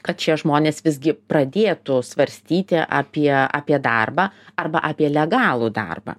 kad šie žmonės visgi pradėtų svarstyti apie apie darbą arba apie legalų darbą